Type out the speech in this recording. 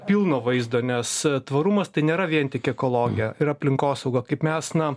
pilno vaizdo nes tvarumas tai nėra vien tik ekologija ir aplinkosauga kaip mes na